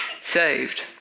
saved